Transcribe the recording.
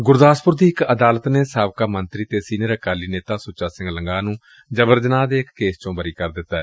ਗੁਰਦਾਸਪੁਰ ਦੀ ਇਕ ਅਦਾਲਤ ਨੇ ਸਾਬਕਾ ਮੰਤਰੀ ਅਤੇ ਸੀਨੀਅਰ ਅਕਾਲੀ ਨੇਤਾ ਸੁੱਚਾ ਸਿੰਘ ਲੰਗਾਹ ਨੂੰ ਜਬਰ ਜਨਾਹ ਦੇ ਇਕ ਕੇਸ ਚੋ ਬਰੀ ਕਰ ਦਿੱਤੈ